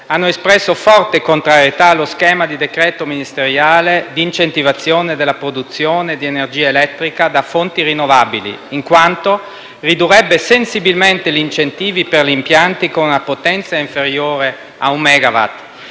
hanno espresso forte contrarietà allo schema di decreto ministeriale di incentivazione della produzione di energia elettrica da fonti rinnovabili, in quanto ridurrebbe sensibilmente gli incentivi per gli impianti con una potenza inferiore a un megawatt.